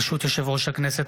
ברשות יושב-ראש הכנסת,